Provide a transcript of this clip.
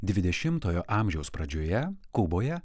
dvidešimtojo amžiaus pradžioje kuboje